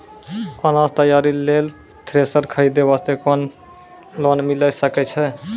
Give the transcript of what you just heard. अनाज तैयारी लेल थ्रेसर खरीदे वास्ते लोन मिले सकय छै?